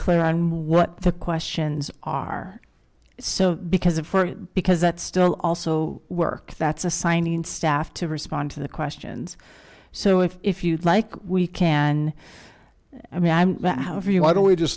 clear on what the questions are so because of for because that still also work that's assigning staff to respond to the questions so if you'd like we can i mean i'm for you why don't we just